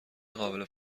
قابل